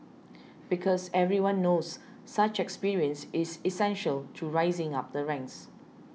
because everyone knows such experience is essential to rising up the ranks